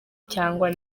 cyangwa